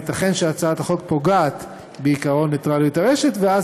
ייתכן שהצעת החוק פוגעת בעקרון נייטרליות הרשת ואז